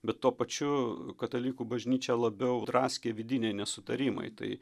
bet tuo pačiu katalikų bažnyčią labiau draskė vidiniai nesutarimai tai